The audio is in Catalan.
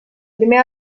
primer